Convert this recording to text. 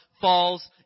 falls